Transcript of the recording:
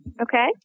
Okay